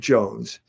Jones